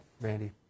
Randy